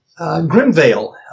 Grimvale